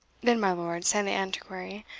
then, my lord, said the antiquary,